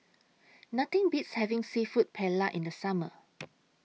Nothing Beats having Seafood Paella in The Summer